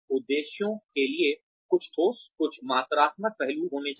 उद्देश्यों के लिए कुछ ठोस कुछ मात्रात्मक पहलू होना चाहिए